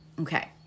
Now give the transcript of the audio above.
Okay